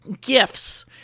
gifts